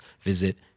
visit